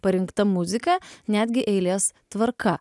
parinkta muzika netgi eilės tvarka